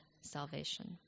salvation